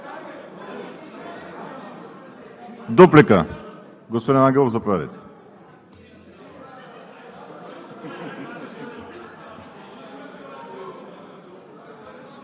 Дуплика – господин Ангелов, заповядайте.